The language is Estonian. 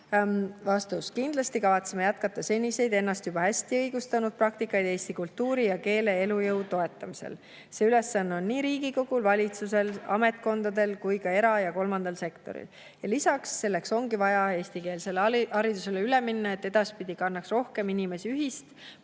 Vastus. Kindlasti kavatseme jätkata seniseid ennast juba hästi õigustanud praktikaid eesti kultuuri ja keele elujõu toetamisel. See ülesanne on nii Riigikogul, valitsusel, ametkondadel kui ka era- ja kolmandal sektoril. Lisaks, selleks ongi vaja eestikeelsele haridusele üle minna, et edaspidi kannaks rohkem inimesi ühist,